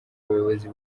abayobozi